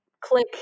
click